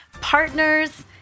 partners